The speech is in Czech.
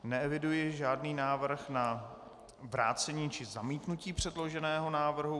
Neeviduji žádný návrh na vrácení či zamítnutí předloženého návrhu.